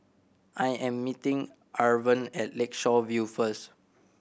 I am meeting Irven at Lakeshore View first